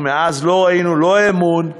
מאז לא ראינו לא אמון,